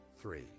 three